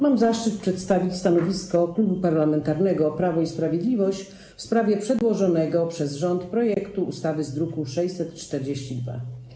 Mam zaszczyt przedstawić stanowisko Klubu Parlamentarnego Prawo i Sprawiedliwość w sprawie przedłożonego przez rząd projektu ustawy z druku nr 642.